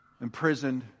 imprisoned